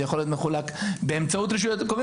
זה יכול להיות מחולק באמצעות רשויות מקומיות,